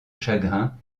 chagrin